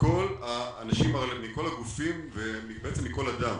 מכל הגופים ומכל אדם,